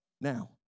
now